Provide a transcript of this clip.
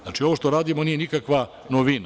Znači, ovo što radimo nije nikakva novina.